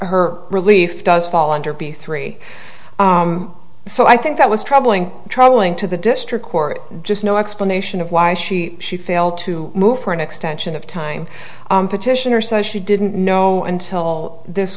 her relief does fall under b three so i think that was troubling troubling to the district court just no explanation of why she she failed to move for an extension of time petitioner says she didn't know until this